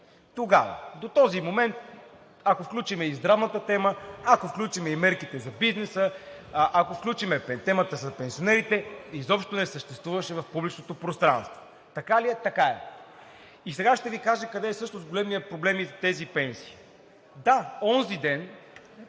Тогава! До този момент, ако включим и здравната тема, ако включим и мерките за бизнеса, ако включим и темата за пенсионерите, изобщо не съществуваха в публичното пространство. Така ли е? Така е. Сега ще Ви кажа къде всъщност е големият проблем и тези пенсии. Да, онзи ден